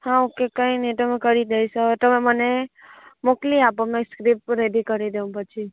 હા ઓકે કંઈ નહીં તમે કરી દઈશ હવે તમે મને મોકલી આપો મેં સ્ક્રીપ્ટ રેડી કરી દઉં પછી